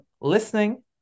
listening